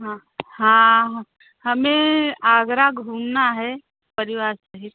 हाँ हाँ ह हमें आगरा घूमना है परिवार सहित